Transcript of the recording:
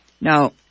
Now